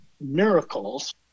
miracles